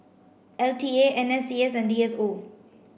L T A N S C S and D S O